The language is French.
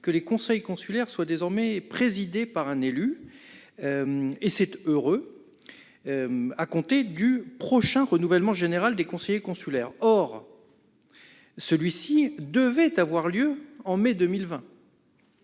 que les conseils consulaires soient présidés par un élu, et c'est heureux, à compter du prochain renouvellement général des conseillers consulaires qui devait avoir lieu en mai 2020.